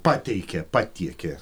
pateikė patiekė